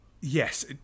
yes